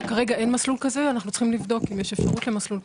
אנחנו צריכים לבדוק אם יש אפשרות למסלול כזה.